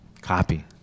copy